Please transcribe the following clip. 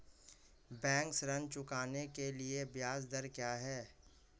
Bank ऋण चुकाने के लिए ब्याज दर क्या है?